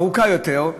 ארוכה יותר.